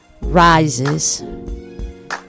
rises